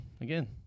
Again